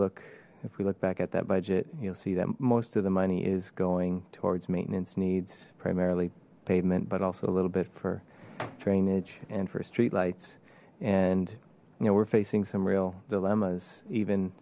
look if we look back at that budget you'll see that most of the money is going towards maintenance needs primarily pavement but also a little bit for drainage and for street lights and you know we're facing some real dilemmas even